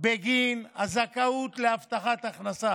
בגין הזכאות להבטחת הכנסה.